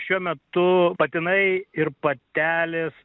šiuo metu patinai ir patelės